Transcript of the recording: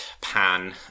pan